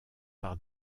par